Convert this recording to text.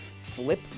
Flip